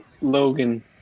Logan